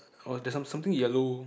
or there's some something yellow